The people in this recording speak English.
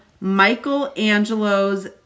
Michelangelo's